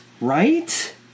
Right